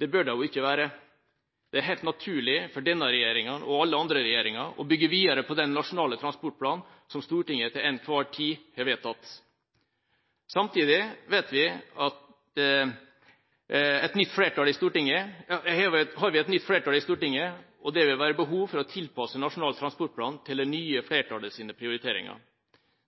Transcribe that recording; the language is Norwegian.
Det bør de ikke være. Det er helt naturlig for denne regjeringa – og alle andre regjeringer – å bygge videre på den Nasjonal transportplan som Stortinget til enhver tid har vedtatt. Samtidig har vi et nytt flertall i Stortinget, og det vil være behov for å tilpasse Nasjonal transportplan til det nye flertallets prioriteringer.